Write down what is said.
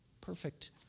Perfect